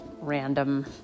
random